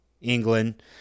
England